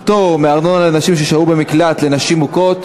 פטור מארנונה לנשים ששהו במקלט לנשים מוכות),